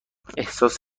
احساس